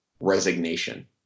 resignation